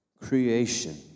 creation